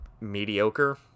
Mediocre